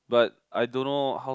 but I don't know how